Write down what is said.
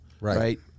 right